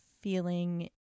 feeling